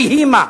ויהי מה.